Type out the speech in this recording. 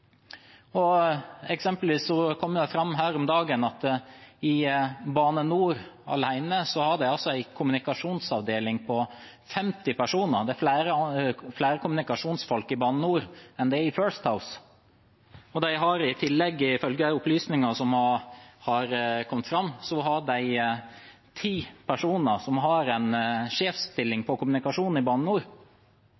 det fram her om dagen at man i Bane NOR alene har en kommunikasjonsavdeling på 50 personer. Det er flere kommunikasjonsfolk i Bane NOR enn det er i First House. Ifølge opplysninger som har kommet fram, har de i tillegg ti personer i sjefsstilling på kommunikasjon. Det er i Bane NOR, et statlig foretak som